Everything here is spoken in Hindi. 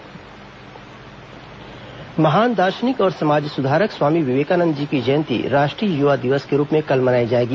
राष्ट्रीय युवा दिवस महान दार्शनिक और समाज सुधारक स्वामी विवेकानंद जी की जयंती राष्ट्रीय युवा दिवस के रूप में कल मनाई जाएगी